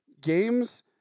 games